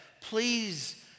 please